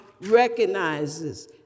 recognizes